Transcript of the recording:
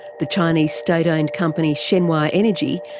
the chinese state owned company shenhua energy,